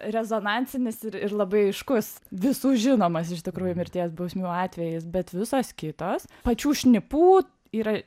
rezonansinis ir ir labai aiškus visų žinomas iš tikrųjų mirties bausmių atvejis bet visos kitos pačių šnipų yra